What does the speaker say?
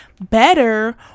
better